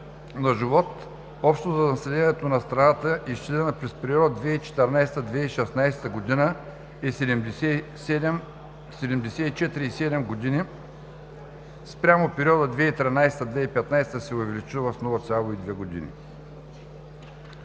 на живот общо за населението на страната, изчислена през периода 2014 – 2016 г., е 74,7 години. спрямо периода 2013 – 2015 г. се е увеличила с 0,2 години.